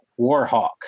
Warhawk